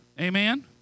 Amen